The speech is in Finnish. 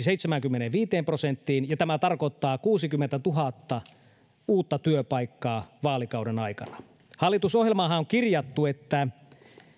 seitsemäänkymmeneenviiteen prosenttiin mikä tarkoittaa kuusikymmentätuhatta uutta työpaikkaa vaalikauden aikana hallitusohjelmaanhan on kirjattu että